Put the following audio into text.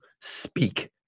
speak